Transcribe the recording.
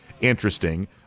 interesting